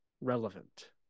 relevant